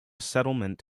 settlement